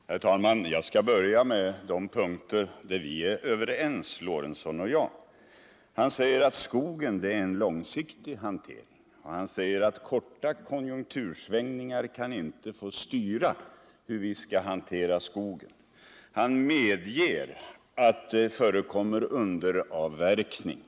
Herr talman! Jag skall börja med att ta upp de punkter där Sven Eric Lorentzon och jag är överens. Han säger att skogen är en långsiktig hantering, och han säger att korta konjunktursvängningar inte kan få styra hur vi skall hantera skogen. Han medger att det förekommer underavverkning.